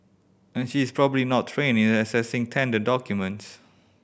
and she is probably not trained in assessing tender documents